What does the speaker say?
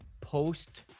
post